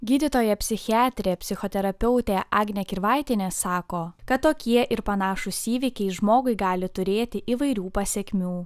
gydytoja psichiatrė psichoterapeutė agnė kirvaitienė sako kad tokie ir panašūs įvykiai žmogui gali turėti įvairių pasekmių